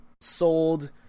sold